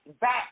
back